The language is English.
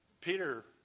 Peter